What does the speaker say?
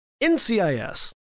NCIS